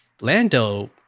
Lando